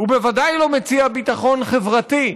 הוא בוודאי לא מציע ביטחון חברתי.